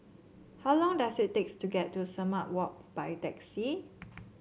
how long does it takes to get to Sumang Walk by taxi